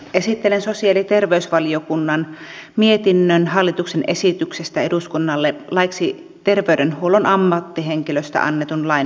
esittelen sosiaali ja terveysvaliokunnan mietinnön hallituksen esityksestä eduskunnalle laiksi terveydenhuollon ammattihenkilöistä annetun lain muuttamisesta